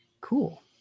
Cool